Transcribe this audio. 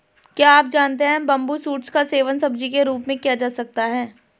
क्या आप जानते है बम्बू शूट्स का सेवन सब्जी के रूप में किया जा सकता है?